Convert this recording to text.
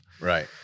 Right